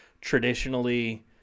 traditionally